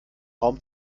raum